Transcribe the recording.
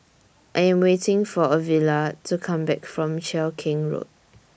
I Am waiting For Ovila to Come Back from Cheow Keng Road